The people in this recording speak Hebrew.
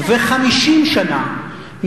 חמש שנים ו-50 שנה,